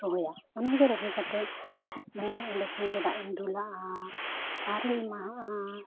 ᱨᱚᱦᱚᱭᱟ ᱚᱱᱟ ᱜᱮ ᱨᱚᱦᱚᱭ ᱠᱟᱛᱮᱫ ᱢᱟᱱᱮ ᱚᱸᱰᱮ ᱠᱷᱚᱱ ᱜᱮ ᱫᱟᱜ ᱤᱧ ᱫᱩᱞᱟᱜᱼᱟ ᱥᱟᱨᱤᱧ ᱮᱢᱟ ᱦᱟᱸᱜᱼᱟ